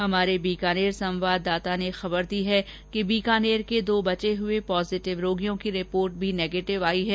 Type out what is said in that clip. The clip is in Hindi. हमारे बीकानेर संवाददाता ने खबर दी है कि बीकानेर के दो बचे हुए पॉजीटिव रोगियों की रिपोर्ट भी नेगेटिव हो गई है